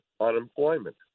unemployment